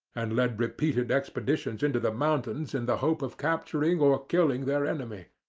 and led repeated expeditions into the mountains in the hope of capturing or killing their enemy,